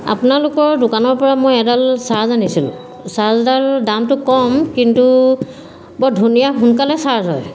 আপোনালোকৰ দোকানৰপৰা মই এডাল চাৰ্জ আনিছিলোঁ চাৰ্জডাৰ দামটো কম কিন্তু বৰ ধুনীয়া সোনকালে চাৰ্জ হয়